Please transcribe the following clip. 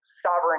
sovereign